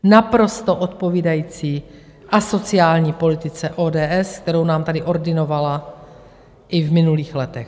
Naprosto odpovídající asociální politice ODS, kterou nám tady ordinovala i v minulých letech.